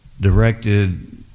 directed